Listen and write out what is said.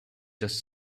just